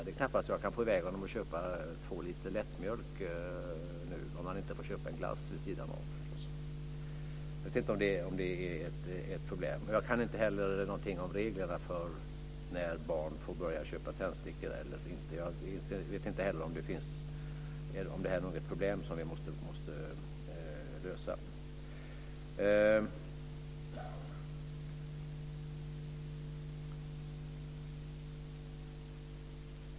Det är knappt jag kan få i väg honom och köpa två liter lättmjölk - om han inte får köpa en glass vid sidan om förstås. Jag vet inte om detta är ett problem, och jag kan heller inte någonting om reglerna för när barn får börja köpa tändstickor. Men det är möjligt att detta är ett problem som vi måste lösa.